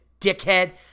dickhead